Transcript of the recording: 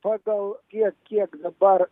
pagal tiek kiek dabar